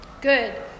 Good